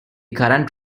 current